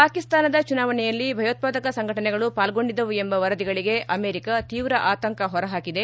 ಪಾಕಿಸ್ತಾನದ ಚುನಾವಣೆಯಲ್ಲಿ ಭಯೋತ್ವಾದಕ ಸಂಘಟನೆಗಳು ಪಾಲ್ಗೊಂಡಿದ್ದವು ಎಂಬ ವರದಿಗಳಗೆ ಅಮೆರಿಕ ತೀವ್ರ ಆತಂಕ ಹೊರಹಾಕಿದೆ